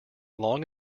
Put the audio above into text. long